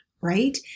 right